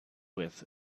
with